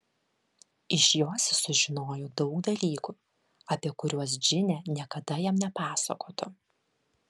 iš jos jis sužinojo daug dalykų apie kuriuos džinė niekada jam nepasakotų